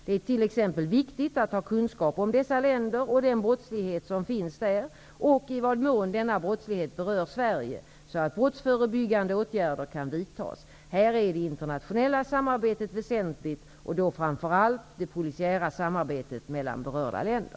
Det är t.ex. viktigt att ha kunskap om dessa länder och den brottslighet som finns där och i vad mån denna brottslighet berör Sverige, så att brottsförebyggande åtgärder kan vidtas. Här är det internationella samarbetet väsentligt och då framför allt det polisiära samarbetet mellan berörda länder.